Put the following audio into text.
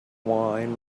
wine